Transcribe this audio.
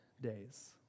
days